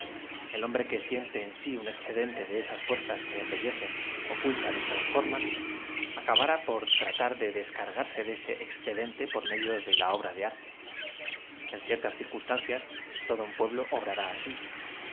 l hombre que siente en sí un excedente de esas fuerzas que embellecen ocultan y transfor man acabará por tratar de descargarse de este exce dente por medio de la obra de arte en ciertas círcuns tancias todo un pueblo obrará asi